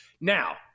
now